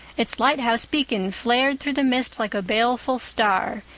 its lighthouse beacon flared through the mist like a baleful star,